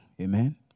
Amen